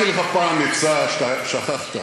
יואל חסון, נתתי לך פעם עצה שאתה שכחת.